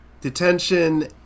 detention